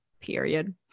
period